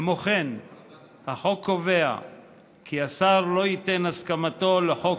כמו כן החוק קובע כי השר לא ייתן את הסכמתו לחוק